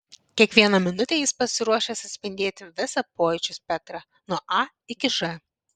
kiekvieną minutę jis pasiruošęs atspindėti visą pojūčių spektrą nuo a iki ž